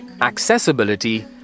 Accessibility